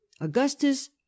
Augustus